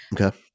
Okay